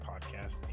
podcast